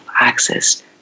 access